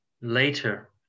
later